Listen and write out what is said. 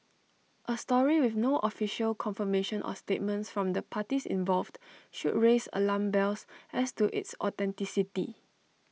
A story with no official confirmation or statements from the parties involved should raise alarm bells as to its authenticity